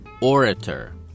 orator